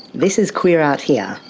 this is queer out here,